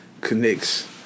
connects